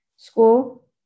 school